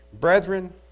Brethren